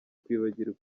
kwibagirwa